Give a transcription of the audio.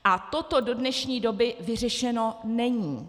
A toto do dnešní doby vyřešeno není.